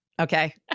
Okay